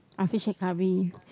ah fish head curry